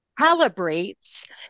calibrates